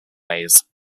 ways